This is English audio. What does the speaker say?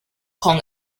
kong